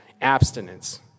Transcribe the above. Abstinence